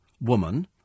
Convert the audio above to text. woman